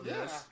Yes